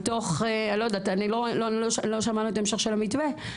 לא שמענו את ההמשך של המתווה.